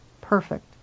perfect